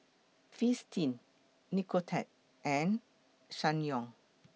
Fristine Nicorette and Ssangyong